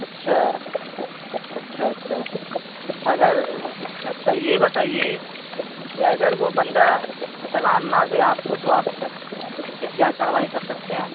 اچھا اچھا اچھا اگر اچھا یہ بتائیے کہ اگر وہ بندہ چلان نہ دے آپ کو تو آپ اس پہ کیا کارروائی کر سکتے ہیں